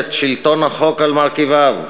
ואת שלטון החוק על מרכיביו,